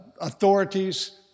authorities